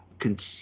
Consider